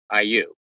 IU